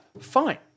Fine